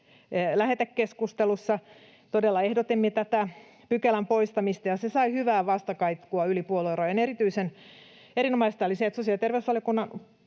tartuntatautilakilähetekeskustelussa todella ehdotimme tätä pykälän poistamista, ja se sai hyvää vastakaikua yli puoluerajojen. Erinomaista oli se, että sosiaali- ja terveysvaliokunnan